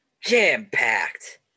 jam-packed